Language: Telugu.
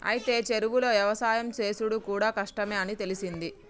అయితే చెరువులో యవసాయం సేసుడు కూడా కష్టమే అని తెలిసింది